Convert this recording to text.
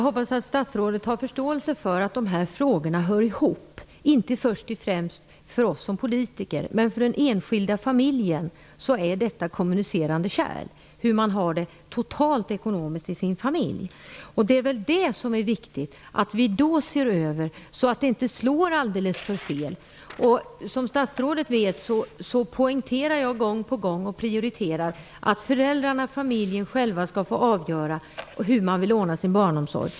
Herr talman! Jag hoppas att statsrådet har förståelse för att dessa frågor hör ihop. Inte först och främst för oss politiker men för den enskilda familjen är detta kommunicerande kärl, hur man har det totalt ekonomiskt i en familj. Det är då viktigt att man ser över så att nedskärningarna inte slår alldeles fel. Som statsrådet vet poängterar och prioriterar jag gång på gång att föräldrarna själva skall få avgöra hur de vill ordna sin barnomsorg.